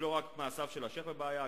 לא רק מעשיו של השיח' בבעיה,